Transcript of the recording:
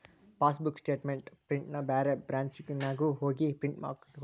passbook statement ಪ್ರಿಂಟ್ನ ಬ್ಯಾರೆ ಬ್ರಾಂಚ್ನ್ಯಾಗು ಹೋಗಿ ಪ್ರಿಂಟ್ ಹಾಕಿಕೊಡ್ತಾರ